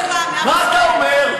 מה אתה אומר?